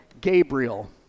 Gabriel